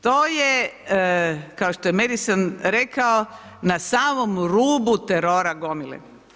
To je kao što je Madison rekao na samom rubu terora gomile.